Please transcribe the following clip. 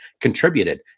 contributed